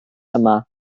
yma